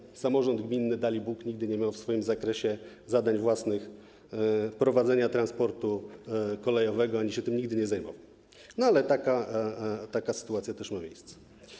Dalibóg, samorząd gminny nigdy nie miał w swoim zakresie zadań własnych prowadzenia transportu kolejowego ani się tym nigdy nie zajmował, ale taka sytuacja też ma miejsce.